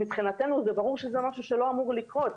מבחינתנו זה ברור שזה משהו שלא אמור לקרות.